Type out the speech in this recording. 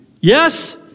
Yes